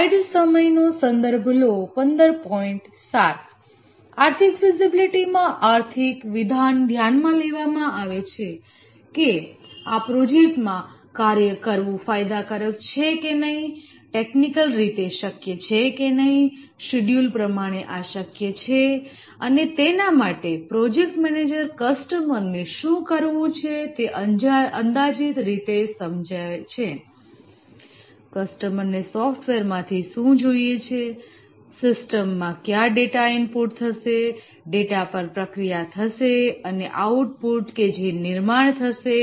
try economic feasibility માં આર્થિક વિધાન ધ્યાનમાં લેવામાં આવે છે કે આ પ્રોજેક્ટમાં કાર્ય કરવું ફાયદાકારક છે કે નહીં ટેકનિકલ રીતે શક્ય છે કે નહીં શિડ્યુલ પ્રમાણે આ શક્ય છે અને તેના માટે પ્રોજેક્ટ મેનેજર કસ્ટમરને શું કરવું છે તે અંદાજિત રીતે સમજે છે કસ્ટમરને સોફ્ટવેર માંથી શું જોઈએ છે સિસ્ટમમાં ક્યાં ડેટા ઈનપુટ થશે ડેટા પર પ્રક્રિયા થશે અને આઉટપુટ કે જે નિર્માણ થશે